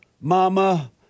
Mama